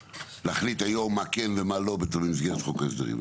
להחליט היום מה כן ומה לא במסגרת חוק ההסדרים.